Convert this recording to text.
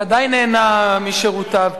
שעדיין נהנה משירותיו.